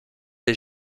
les